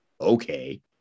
okay